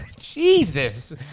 Jesus